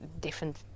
different